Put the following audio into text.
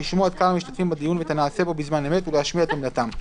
לשמוע את כלל המשתתפים בדיון ואת הנעשה בו בזמן אמת ולהשמיע את עמדתם."